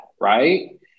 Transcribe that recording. right